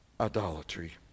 Idolatry